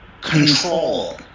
control